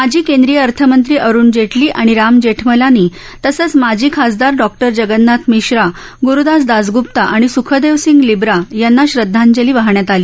माजी केंद्रीय अर्थमंत्री अरूण जेटली आणि राम जेठमलानी तसंच माजी खासदार डॉक्टर जगन्नाथ मिश्रा गुरूदास दासगुप्ता आणि सुखदेव सिंग लिबरा यांना श्रद्धांजली वाहण्यात आली